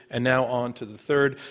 and now onto the third.